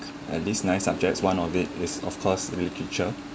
at least nine subjects one of it is of course literature